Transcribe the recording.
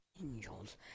angels